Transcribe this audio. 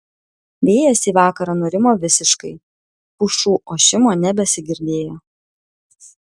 vėjas į vakarą nurimo visiškai pušų ošimo nebesigirdėjo